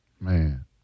Man